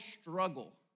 struggle